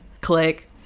Click